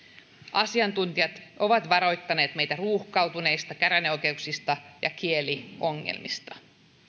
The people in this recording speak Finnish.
asiantuntijat ovat varoittaneet meitä ruuhkautuneista käräjäoikeuksista ja kieliongelmista